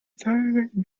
zahlreichen